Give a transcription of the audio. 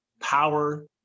power